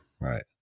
Right